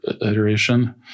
iteration